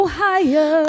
higher